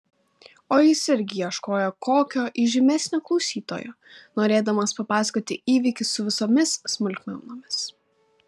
o jis irgi ieškojo kokio įžymesnio klausytojo norėdamas papasakoti įvykį su visomis smulkmenomis